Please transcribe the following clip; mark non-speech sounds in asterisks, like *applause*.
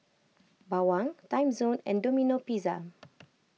Bawang Timezone and Domino Pizza *noise*